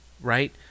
right